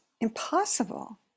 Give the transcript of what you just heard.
impossible